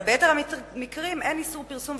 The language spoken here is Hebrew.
אבל ביתר המקרים אין איסור פרסום,